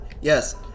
yes